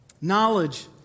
Knowledge